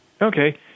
Okay